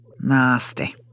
Nasty